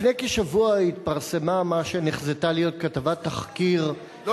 לפני כשבוע התפרסמה מה שנחזתה להיות כתבת תחקיר ב"ידיעות אחרונות" לא,